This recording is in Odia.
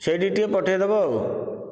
ସେହିଠିକି ଟିକେ ପଠାଇ ଦେବ ଆଉ